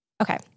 Okay